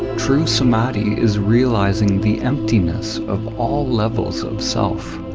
true samadhi is realizing the emptiness of all levels of self.